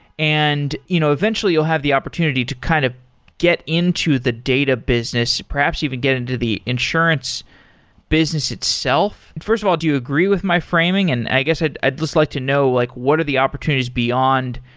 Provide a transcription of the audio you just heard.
and you know eventually you'll have the opportunity to kind of get into the data business, perhaps even get into the insurance business itself. first of all, do you agree with my framing, and i guess i'd i'd just like to know like what are the opportunities beyond.